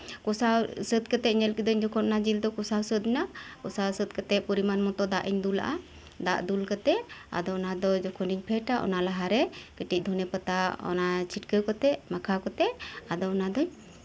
ᱠᱚᱥᱟᱣ ᱥᱟᱹᱛ ᱠᱟᱛᱮᱫ ᱧᱮᱞ ᱠᱤᱫᱟᱹᱧ ᱡᱚᱠᱷᱚᱱ ᱚᱱᱟ ᱧᱤᱞ ᱫᱚ ᱠᱚᱥᱟᱣ ᱥᱟᱹᱛᱮ ᱮᱱᱟ ᱠᱚᱥᱟᱣ ᱥᱟᱹᱛ ᱠᱟᱛᱮᱫ ᱯᱚᱨᱤᱢᱟᱱ ᱢᱚᱛᱚ ᱫᱟᱜ ᱤᱧ ᱫᱩᱞᱟᱜᱼᱟ ᱫᱟᱜ ᱫᱩᱞ ᱠᱟᱛᱮᱫ ᱟᱫᱚ ᱚᱱᱟ ᱫᱚ ᱡᱚᱠᱷᱚᱱᱤᱧ ᱯᱷᱮᱰᱟ ᱚᱱᱟ ᱞᱟᱦᱟ ᱨᱮ ᱠᱟᱹᱴᱤᱡ ᱫᱷᱚᱱᱤᱭᱟᱹ ᱯᱚᱛᱟ ᱚᱱᱟ ᱪᱷᱤᱴᱠᱟᱹᱣ ᱠᱟᱛᱮᱫ ᱢᱟᱠᱷᱟᱣ ᱠᱟᱛᱮᱫ ᱟᱫᱚ ᱚᱱᱟ ᱫᱩᱧ